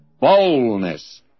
boldness